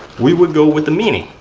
we would go with the mini.